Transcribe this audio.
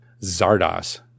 Zardos